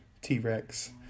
t-rex